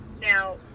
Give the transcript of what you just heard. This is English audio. Now